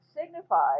signifies